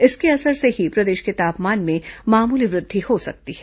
इसके असर से प्रदेश के तापमान में मामूली वृद्धि हो सकती है